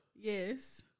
Yes